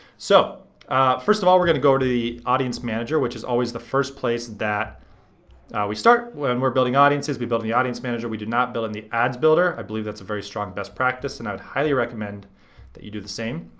so first of all, we're gonna go to the audience manager which is always the first place that we start when we're building audiences. we build in the audience manager. we do not build in the ads builder. i believe that's a very strong best practice, and i would highly recommend that you do the same.